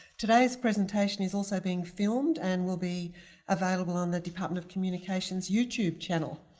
today's presentation is also being filmed and will be available on the department of communication's youtube channel.